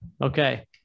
Okay